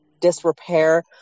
disrepair